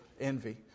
envy